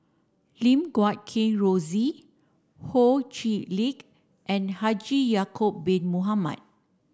Lim Guat Kheng Rosie Ho Chee Lick and Haji Ya'acob bin Mohamed